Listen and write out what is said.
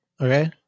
Okay